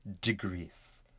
degrees